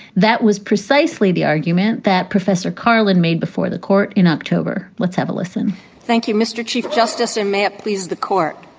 that was precisely the argument that professor carlin made before the court in october. let's have a listen thank you, mr. chief justice, and may it please the court.